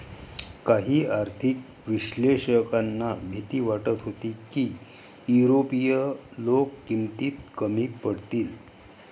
काही आर्थिक विश्लेषकांना भीती वाटत होती की युरोपीय लोक किमतीत कमी पडतील